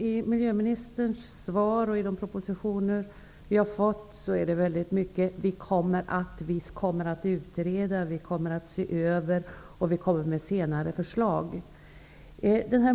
I miljöministerns svar och i de propositioner vi fått står det ofta ''vi kommer att utreda'', ''vi kommer att se över'' och ''vi kommer med senare förslag''.